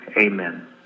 Amen